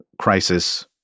crisis